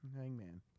Hangman